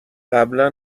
قبلا